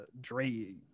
Dre